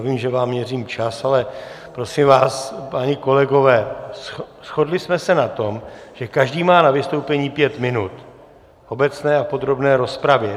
Já vím, že vám měřím čas, ale prosím vás, páni kolegové, shodli jsme se na tom, že každý má na vystoupení pět minut v obecné a podrobné rozpravě.